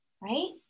right